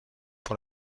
pour